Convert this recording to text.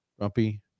Rumpy